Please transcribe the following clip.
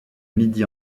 midi